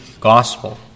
gospel